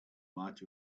might